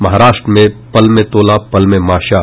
महाराष्ट्र में पल में तोला पल में माशा